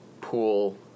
pool